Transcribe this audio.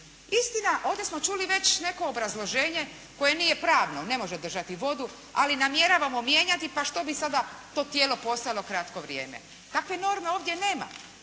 Istina, ovdje smo čuli već neko obrazloženje koje nije pravno, ne može držati vodu, ali namjeravamo mijenjati, pa što bi onda to tijelo postojalo kratko vrijeme. Takve norme ovdje nema,